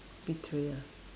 betray ah